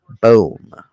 Boom